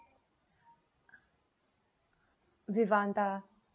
vivanta